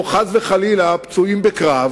או חס וחלילה פצועים בקרב,